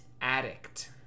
Addict